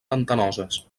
pantanoses